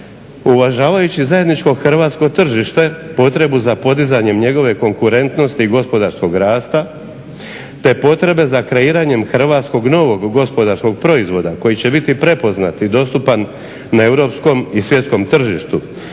Uvažajući zajedničko hrvatsko tržište, potrebu za podizanjem njegove konkurentnosti i gospodarskog rasta te potrebe za kreiranjem hrvatskog novog gospodarskog proizvoda koji će biti prepoznat i dostupan na europskom i svjetskom tržištu